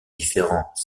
différents